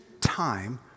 time